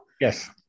Yes